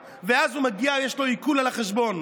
ואז הוא מגיע לזה שיש לו עיקול על החשבון,